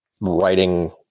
writing